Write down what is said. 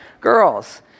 girls